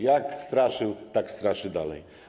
Jak straszył, tak straszy dalej.